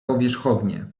powierzchownie